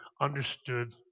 understood